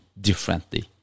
differently